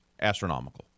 astronomical